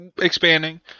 expanding